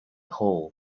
hall